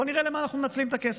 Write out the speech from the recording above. בואו נראה למה אנחנו מנצלים את הכסף.